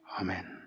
Amen